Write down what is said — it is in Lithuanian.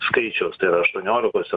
skaičiaus tai yra aštuoniolikos